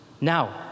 Now